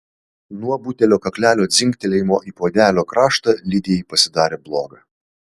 nuo butelio kaklelio dzingtelėjimo į puodelio kraštą lidijai pasidarė bloga